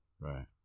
Right